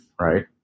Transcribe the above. right